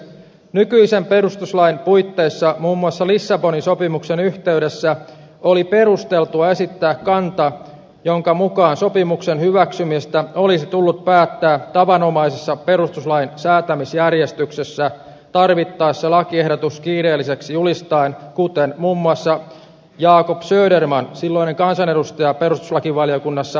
nykyisen perustuslain puitteissa muun muassa lissabonin sopimuksen yhteydessä oli perusteltua esittää kanta jonka mukaan sopimuksen hyväksymisestä olisi tullut päättää tavanomaisessa perustuslain säätämisjärjestyksessä tarvittaessa lakiehdotus kiireelliseksi julistaen kuten muun muassa jacob söderman silloinen kansanedustaja perustuslakivaliokunnassa tekikin